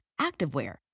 activewear